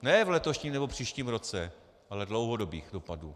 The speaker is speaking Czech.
Ne v letošním nebo příštím roce, ale dlouhodobých dopadů.